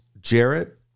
Jarrett